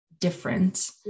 different